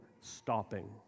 stopping